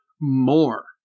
more